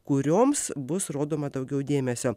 kurioms bus rodoma daugiau dėmesio